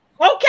Okay